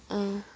अँ